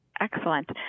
Excellent